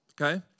okay